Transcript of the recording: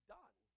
done